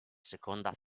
seconda